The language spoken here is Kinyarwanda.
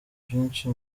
byinshi